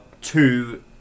two